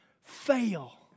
fail